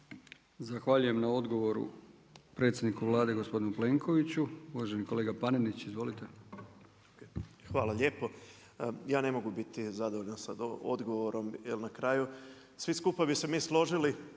Zahvaljujem na odgovoru predsjedniku Vlade, gospodinu Plenkoviću. Uvaženi kolega Panenić, izvolite. **Panenić, Tomislav (MOST)** Hvala lijepo ja ne mogu biti zadovoljan sa odgovorom jer na kraju svi skupa bi se mi složili